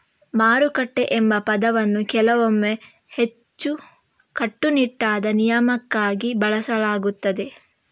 ಮಾರುಕಟ್ಟೆ ಎಂಬ ಪದವನ್ನು ಕೆಲವೊಮ್ಮೆ ಹೆಚ್ಚು ಕಟ್ಟುನಿಟ್ಟಾದ ವಿನಿಮಯಕ್ಕಾಗಿ ಬಳಸಲಾಗುತ್ತದೆ